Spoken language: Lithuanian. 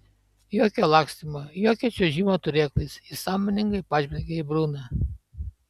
jokio lakstymo jokio čiuožimo turėklais jis sąmoningai pažvelgė į bruną